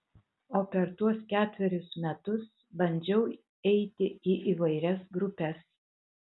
o per tuos ketverius metus bandžiau eiti į įvairias grupes